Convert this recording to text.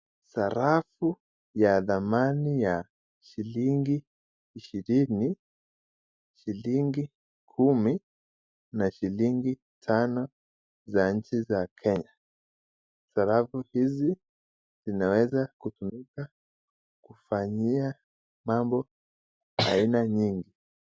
Sarafu ya dhamani ya shilingi ishirini , shilingi kumi, na shilingi tano za nchi za kenya. Sarafu hizi zinaweza kutumika kufanyia mambo aina nyingi.